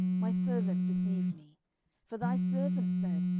my servant deceived me for thy servant said,